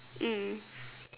mm